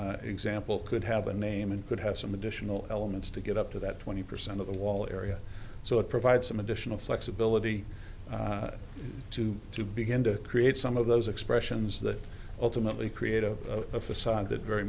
escape example could have a name and could have some additional elements to get up to that twenty percent of the wall area so it provides some additional flexibility to to begin to create some of those expressions that ultimately create of a facade that very